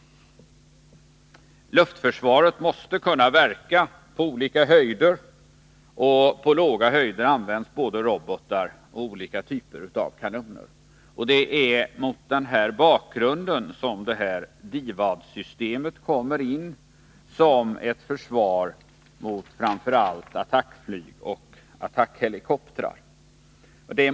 Luftförsvaret måste kunna verka på olika höjder, och på låga höjder används både robotar och olika typer av kanoner. Det är här som DIVAD-systemet kommer in som ett försvar mot framför allt attackflyg och attackhelikoptrar.